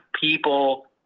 people